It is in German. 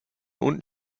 unten